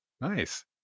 Nice